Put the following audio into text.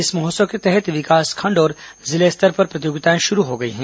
इस महोत्सव के तहत विकासखण्ड और जिला स्तर पर प्रतिर्यागिताएं शुरू हो गई हैं